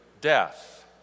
death